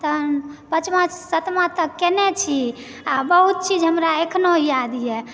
तऽ पाँचवा सातवा तक केनय छी आ बहुत चीज हमरा अखनो यादए